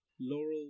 laurel